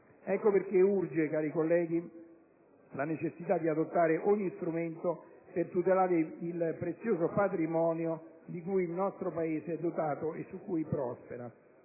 Ecco perché urge la necessità di adottare ogni strumento per tutelare il prezioso patrimonio di cui il nostro Paese è dotato e su cui prospera.